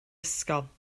ysgol